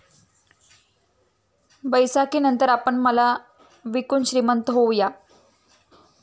बैसाखीनंतर आपण माल विकून श्रीमंत होऊया